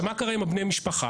מה קרה עם בני משפחה?